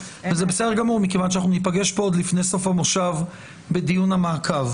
וזה בסדר גמור כי ניפגש פה עוד לפני סוף המושב בדיון המעקב,